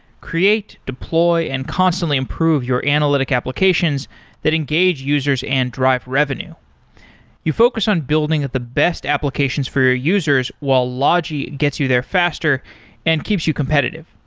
create, deploy and constantly improve your analytic applications that engage users and drive revenue you focus on building at the best applications for your users, while logi gets you there faster and keeps you competitive.